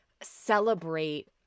celebrate